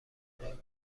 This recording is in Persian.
ندارین